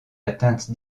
atteinte